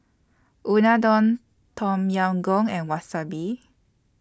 Unadon Tom Yam Goong and Wasabi